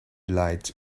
light